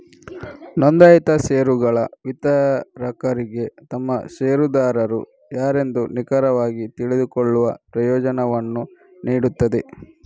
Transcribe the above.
ನೋಂದಾಯಿತ ಷೇರುಗಳು ವಿತರಕರಿಗೆ ತಮ್ಮ ಷೇರುದಾರರು ಯಾರೆಂದು ನಿಖರವಾಗಿ ತಿಳಿದುಕೊಳ್ಳುವ ಪ್ರಯೋಜನವನ್ನು ನೀಡುತ್ತವೆ